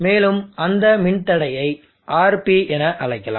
மேலும் அந்த மின்தடையை RP என அழைக்கலாம்